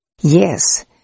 yes